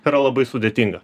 yra labai sudėtinga